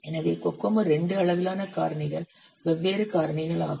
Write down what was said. எனவே COCOMO II அளவிலான காரணிகள் வெவ்வேறு காரணிகளாகும்